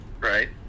right